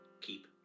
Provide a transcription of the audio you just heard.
keep